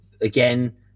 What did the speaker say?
again